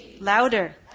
Louder